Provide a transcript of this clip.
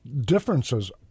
differences